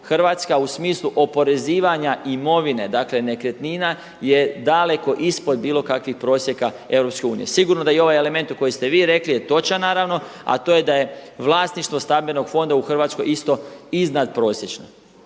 Hrvatska u smislu oporezivanja imovine dakle nekretnina je daleko ispod bilo kakvih prosjeka EU. Sigurno da i ovaj element koji ste vi rekli je točan naravno a to je da je vlasništvo stambenog fonda u Hrvatskoj isto iznadprosječno.